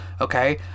Okay